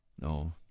No